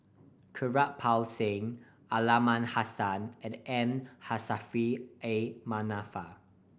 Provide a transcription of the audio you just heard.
Kirpal Singh Aliman Hassan and M Saffri A Manaf